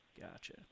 Gotcha